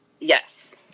Yes